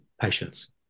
patients